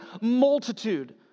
multitude